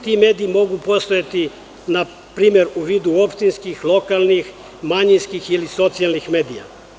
Ti mediji mogu postojati, ne primer u vidu opštinskih, lokalnih, manjinskih ili socijalnih medija.